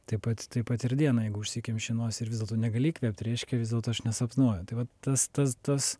taip pat taip pat ir dieną jeigu užsikemši nosį ir vis dėlto negali įkvėpt reiškia vis dėlto aš nesapnuoju tai vat tas tas tas